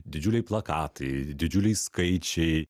didžiuliai plakatai didžiuliai skaičiai